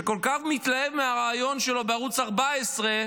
שכל כך מתלהב מהריאיון שלו בערוץ 14,